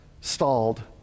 stalled